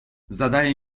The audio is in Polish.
zadaje